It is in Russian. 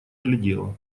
глядела